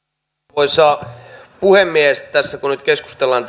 arvoisa puhemies kun tässä nyt keskustellaan